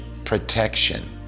Protection